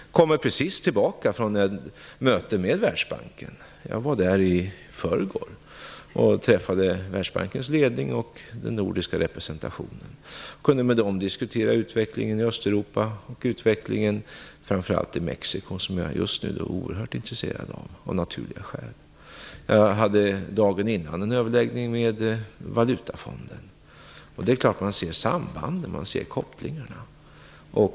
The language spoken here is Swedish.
Jag kommer precis från ett möte med Världsbanken. Jag var där i förrgår och träffade Världsbankens ledning och den nordiska representationen. Jag kunde tillsammans med dem diskutera utvecklingen i Östeuropa och framför allt utvecklingen i Mexico, som jag av naturliga skäl är oerhört intresserad av just nu. Dagen innan hade jag en överläggning med Valutafonden. Det är klart att man ser sambanden. Man ser kopplingarna.